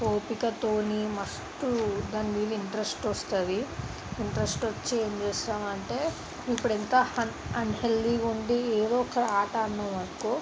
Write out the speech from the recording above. ఓపికతో మస్తు దాని మీద ఇంట్రెస్ట్ వస్తుంది ఇంట్రెస్ట్ వచ్చి ఏం చేస్తాం అంటే ఇప్పుడు ఎంత ఆన్ ఆన్హెల్తి ఉండి ఏదో ఒక ఆట ఆడినావనుకో